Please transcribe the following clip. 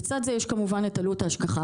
לצד זה יש כמובן את עלות השגחה,